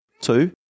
Two